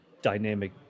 dynamic